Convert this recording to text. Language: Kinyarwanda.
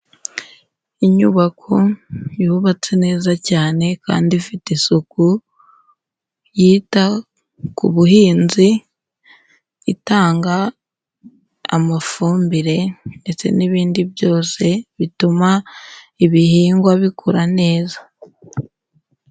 Inyubako yubatse neza cyane kandi ifite isuku yita ku buhinzi, itanga amafumbire ndetse n'ibindi byose bituma ibihingwa bikura neza.